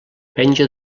penja